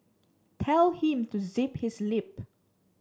tell him to zip his lip